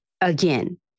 again